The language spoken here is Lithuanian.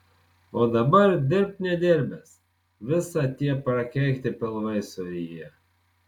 o dabar dirbk nedirbęs visa tie prakeikti pilvai suryja